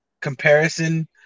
comparison